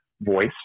voice